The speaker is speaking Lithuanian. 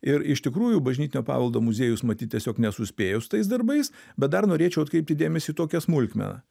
ir iš tikrųjų bažnytinio paveldo muziejus matyt tiesiog nesuspėjo su tais darbais bet dar norėčiau atkreipti dėmesį į tokią smulkmeną